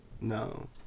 No